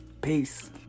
Peace